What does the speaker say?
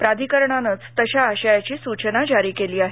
प्राधिकरणानंच तशा आशयाची सूचना जारी केली आहे